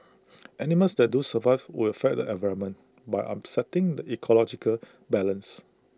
animals that do survive would affect the environment by upsetting the ecological balance